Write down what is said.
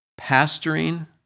Pastoring